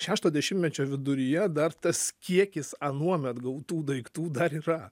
šešto dešimtmečio viduryje dar tas kiekis anuomet gautų daiktų dar yra